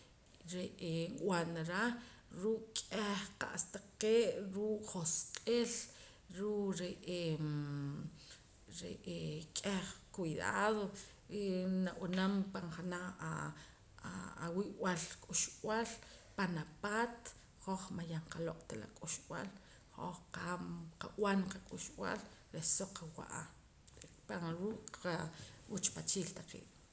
Re'ee nb'anara ruu' k'eh qa'sa taqee' ruu' rujoq'il ruu' re'eem re'eem k'eh cuidado ee nab'anam pan janaj aa awib'al k'uxb'al pan apaat hoj man yaj qaloq' ta la k'uxb'al hoj qa qab'an qak'uxb'aal reh soq qawa'a pa ruu qaucpachiil taqee'